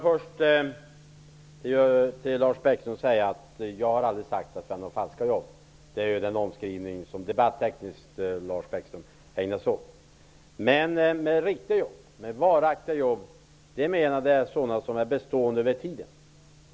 Herr talman! Jag har aldrig talat om falska jobb. Det är en omskrivning som Lars Bäckström debattekniskt ägnar sig åt. Riktiga, varaktiga, jobb menar jag är sådana jobb som består över tiden.